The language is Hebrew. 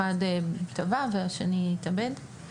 אחד טבע והשני התאבד.